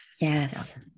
Yes